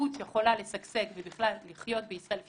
שהתרבות יכולה לשגשג ובכלל לחיות בישראל,